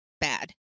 bad